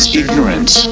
ignorance